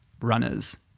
runners